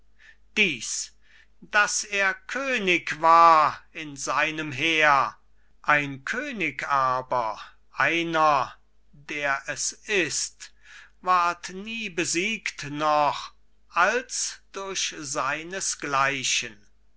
dies daß er könig war in seinem heer ein könig aber einer der es ist ward nie besiegt noch als durch seinesgleichen